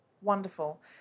Wonderful